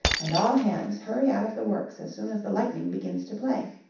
and all hands hurry out of the works as soon as the lightning begins to play.